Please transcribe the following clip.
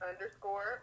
underscore